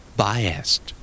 biased